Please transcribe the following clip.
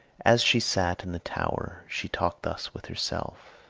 as she sat in the tower, she talked thus with herself